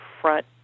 front